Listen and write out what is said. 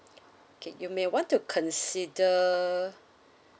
okay you may want to consider